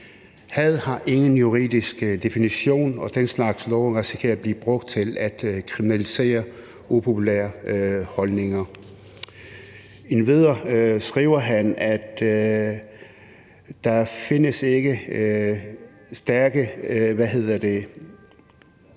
Had har ingen juridisk definition, og den slags love risikerer at blive brugt til at kriminalisere upopulære holdninger. Endvidere skriver han, at der er stærke historiske